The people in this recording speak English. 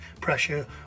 pressure